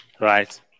right